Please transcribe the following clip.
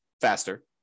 faster